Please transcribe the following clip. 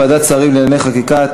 ועדת שרים לענייני חקיקה),